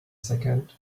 second